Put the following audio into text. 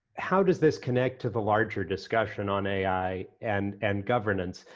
how does this connect to the larger discussion on ai and and governance?